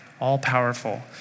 all-powerful